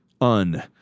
un